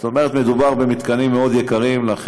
זאת אומרת,